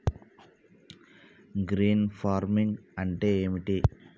Green farming అంటే ఏమిటి?